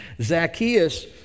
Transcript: Zacchaeus